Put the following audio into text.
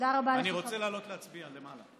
אני רוצה לעלות להצביע למעלה.